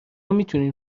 میتونین